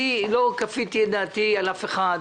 אני לא כפיתי את דעתי על אף אחד.